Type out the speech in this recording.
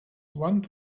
one